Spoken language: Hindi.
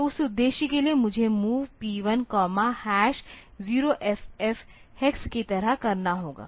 तो उस उद्देश्य के लिए मुझे MOV P1 0FF हेक्स की तरह करना होगा